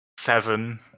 seven